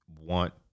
want